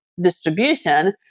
distribution